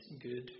good